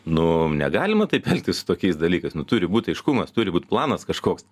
nu negalima taip elgtis su tokiais dalykais nu turi būti aiškumas turi būti planas kažkoks